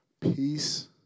peace